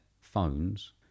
phones